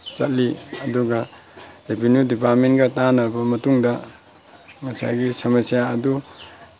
ꯆꯠꯂꯤ ꯑꯗꯨꯒ ꯔꯦꯚꯤꯅ꯭ꯌꯨ ꯗꯤꯄꯥꯔꯠꯃꯦꯟꯒ ꯇꯥꯟꯅꯔꯕ ꯃꯇꯨꯡꯗ ꯉꯁꯥꯏꯒꯤ ꯁꯃꯁ꯭ꯌꯥ ꯑꯗꯨ